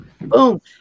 Boom